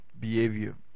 behavior